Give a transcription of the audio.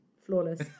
flawless